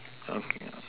okay okay